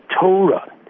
Torah